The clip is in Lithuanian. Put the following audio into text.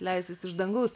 leisis iš dangaus